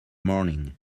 morning